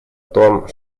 том